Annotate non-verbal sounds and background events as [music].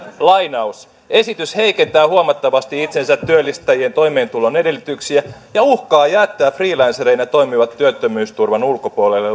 esitys heikentää huomattavasti itsensä työllistäjien toimeentulon edellytyksiä ja uhkaa jättää freelancereina toimivat työttömyysturvan ulkopuolelle [unintelligible]